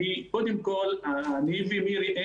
קודם כל אני ומירי,